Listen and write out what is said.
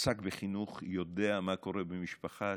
שעסק בחינוך יודע מה קורה במשפחה